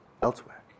Elsewhere